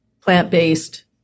plant-based